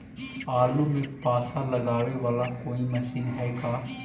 आलू मे पासा लगाबे बाला कोइ मशीन है का?